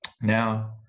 Now